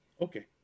Okay